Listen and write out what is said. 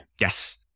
Yes